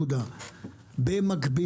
במקביל,